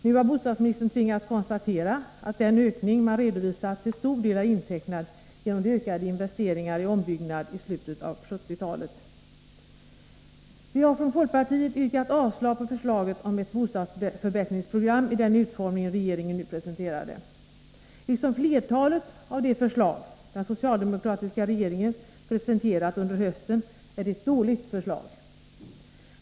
Nu har bostadsministern tvingats konstatera att den ökning man redovisat till stor del är intecknad genom de ökade investeringarna i ombyggnad i slutet av 1970-talet. Vi har från folkpartiet yrkat avslag på förslaget om ett bostadsförbättringsprogram i den utformning regeringen nu presenterar det. Liksom flertalet av de förslag den socialdemokratiska regeringen presenterat under hösten är det ett dåligt förslag.